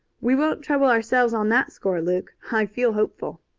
we won't trouble ourselves on that score, luke. i feel hopeful.